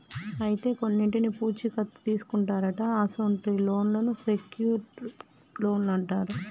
అయితే కొన్నింటికి పూచీ కత్తు తీసుకుంటారట అసొంటి లోన్లను సెక్యూర్ట్ లోన్లు అంటారు